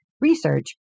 research